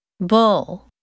Bull